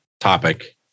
topic